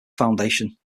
foundation